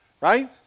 Right